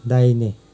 दाहिने